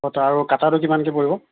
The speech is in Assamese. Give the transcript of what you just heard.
গোটা আৰু কাটাতো কিমানকৈ পৰিব